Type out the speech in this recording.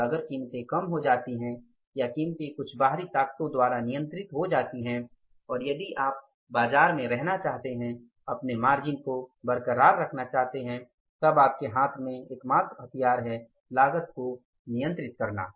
और अगर कीमतें कम हो जाती हैं या कीमतें कुछ बाहरी ताकतों द्वारा नियंत्रित हो जाती हैं और यदि आप बाजार में रहना चाहते हैं अपने मार्जिन को बरकरार रखना चाहते हैं तब आपके हाथ में एकमात्र हथियार है लागत को नियंत्रित करना